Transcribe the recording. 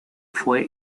fue